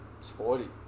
sporty